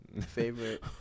Favorite